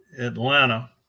Atlanta